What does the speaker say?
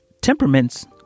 Temperaments